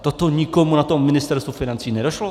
To to nikomu na tom Ministerstvu financí nedošlo?